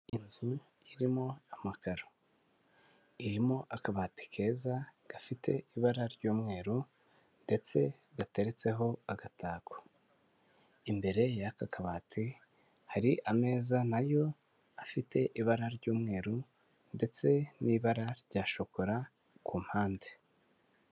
Inzu irimo amakaro, irimo akabati keza gafite ibara ry'umweru ndetse gateretseho agatako, imbere y'aka kabati hari ameza nayo afite ibara ry'umweru ndetse n'ibara rya shokora ku mpande.